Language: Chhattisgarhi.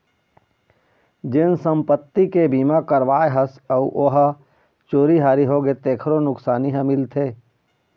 जेन संपत्ति के बीमा करवाए हस अउ ओ ह चोरी हारी होगे तेखरो नुकसानी ह मिलथे